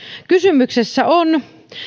kysymyksessä on